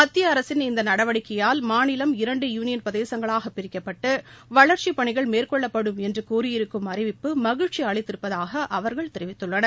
மத்திய அரசின் இந்த நடவடிக்கையால் மாநிலம் இரண்டு யூனியன்பிரதேசங்களாக பிரிக்கப்பட்டு வளர்ச்சிப் பணிகள் மேற்கொள்ளப்படும் என்று கூறியிருக்கும் அறிவிப்பு மகிழ்ச்சி அளிப்பதாக அவர்கள் தெரிவித்துள்ளனர்